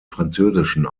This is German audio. französischen